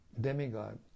demigod